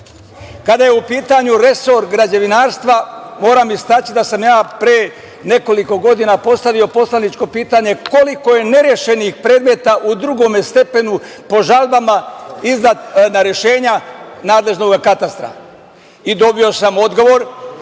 je u pitanju resor građevinarstva, moram istaći da sam ja pre nekoliko godina postavio poslaničko pitanje – koliko je nerešenih predmeta u drugom stepenu po žalbama na rešenja nadležnog katastra? Dobio sam odgovor